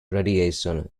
radiation